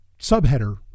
subheader